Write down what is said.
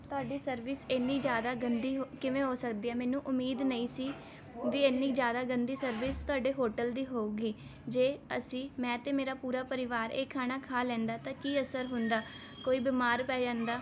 ਤੁਹਾਡੀ ਸਰਵਿਸ ਇੰਨੀ ਜ਼ਿਆਦਾ ਗੰਦੀ ਹੋ ਕਿਵੇਂ ਹੋ ਸਕਦੀ ਹੈ ਮੈਨੂੰ ਉਮੀਦ ਨਹੀਂ ਸੀ ਵੀ ਇੰਨੀ ਜ਼ਿਆਦਾ ਗੰਦੀ ਸਰਵਿਸ ਤੁਹਾਡੇ ਹੋਟਲ ਦੀ ਹੋਊਗੀ ਜੇ ਅਸੀਂ ਮੈਂ ਅਤੇ ਮੇਰਾ ਪੂਰਾ ਪਰਿਵਾਰ ਇਹ ਖਾਣਾ ਖਾ ਲੈਂਦਾ ਤਾਂ ਕੀ ਅਸਰ ਹੁੰਦਾ ਕੋਈ ਬਿਮਾਰ ਪੈ ਜਾਂਦਾ